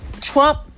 Trump